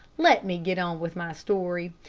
let me get on with my story.